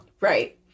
Right